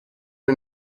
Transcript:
and